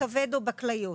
בכבד או בכליות.